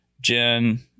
Jen